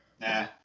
Nah